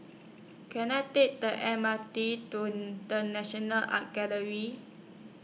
Can I Take The M R T to The National Art Gallery